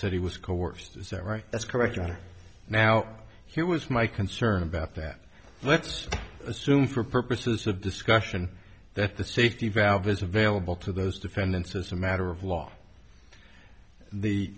said he was coerced is that right that's correct right now here was my concern about that let's assume for purposes of discussion that the safety valve is available to those defendants as a matter of law the